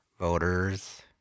Voters